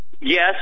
Yes